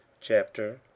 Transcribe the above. Chapter